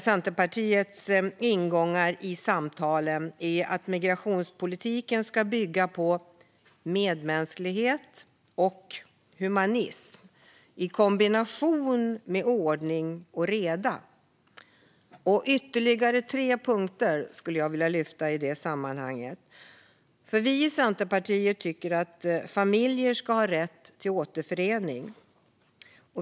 Centerpartiets ingång i samtalen är att migrationspolitiken ska bygga på medmänsklighet och humanism i kombination med ordning och reda. I det sammanhanget vill jag lyfta upp ytterligare tre punkter. Vi i Centerpartiet tycker att familjer ska ha rätt till återförening.